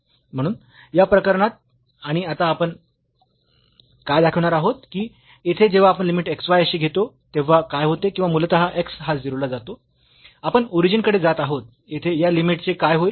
म्हणून या प्रकरणात आणि आता आपण काय दाखविणार आहोत की येथे जेव्हा आपण लिमिट xy अशी घेतो तेव्हा काय होते किंवा मूलतः x हा 0 ला जातो आपण ओरिजिन कडे जात आहोत येथे या लिमिट चे काय होईल